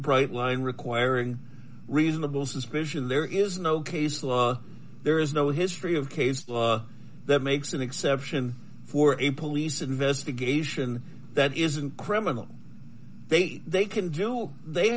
bright line requiring reasonable suspicion there is no case law there is no history of case law that makes an exception for in police investigation that isn't criminal they say they can do they